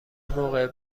موقع